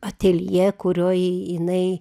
ateljė kurioj jinai